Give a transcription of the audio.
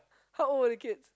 how old are the kids